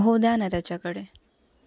हो द्या ना त्याच्याकडे